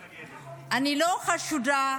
חשודה,